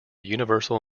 universal